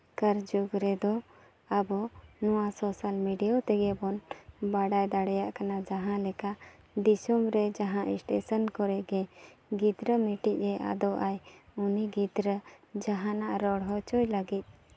ᱱᱮᱛᱟᱨ ᱡᱩᱜᱽ ᱨᱮᱫᱚ ᱟᱵᱚ ᱱᱚᱣᱟ ᱥᱳᱥᱟᱞ ᱢᱤᱰᱤᱭᱟ ᱛᱮᱜᱮᱵᱚᱱ ᱵᱟᱰᱟᱭ ᱫᱟᱲᱮᱭᱟᱜ ᱠᱟᱱᱟ ᱡᱟᱦᱟᱸᱞᱮᱠᱟ ᱫᱤᱥᱚᱢ ᱨᱮ ᱡᱟᱦᱟᱸ ᱥᱴᱮᱥᱚᱱ ᱠᱚᱨᱮᱜᱮ ᱜᱤᱫᱽᱨᱟᱹ ᱢᱤᱫᱴᱤᱡᱼᱮ ᱟᱫᱚᱜᱼᱟᱭ ᱩᱱᱤ ᱜᱤᱫᱽᱨᱟᱹ ᱡᱟᱦᱟᱱᱟᱜ ᱨᱚᱲ ᱦᱚᱪᱚᱭ ᱞᱟᱹᱜᱤᱫ